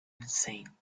insane